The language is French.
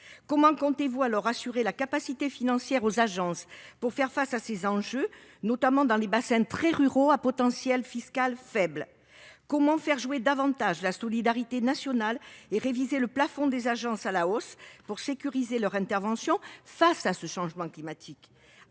Comment comptez-vous assurer une capacité de financement permettant aux agences de faire face à ces enjeux, notamment dans les bassins très ruraux à faible potentiel fiscal ? Comment faire jouer davantage la solidarité nationale et comment réviser le plafond des agences à la hausse afin de sécuriser leurs interventions face au changement climatique ?